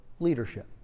Leadership